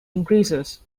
increases